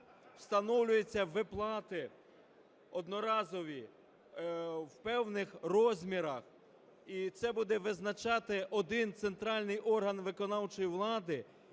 встановлюються виплати одноразові в певних розмірах і це буде визначати один центральний орган виконавчої влади,